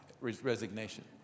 resignation